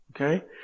Okay